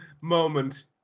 moment